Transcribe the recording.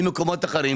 ממקומות אחרים.